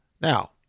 Now